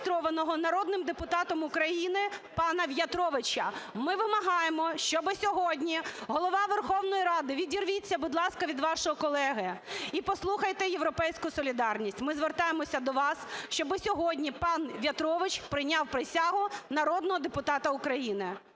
народним депутатом України пана В'ятровича. Ми вимагаємо, щоб сьогодні… (Голова Верховної Ради, відірвіться, будь ласка, від вашого колеги і послухайте "Європейську солідарність"). Ми звертаємося до вас, щоб сьогодні пан В'ятрович прийняв присягу народного депутата України.